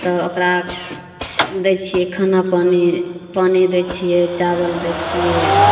तऽ ओकरा दै छियै खानापानि पानि दै छियै चाबल दै छियै